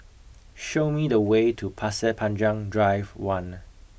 show me the way to Pasir Panjang Drive one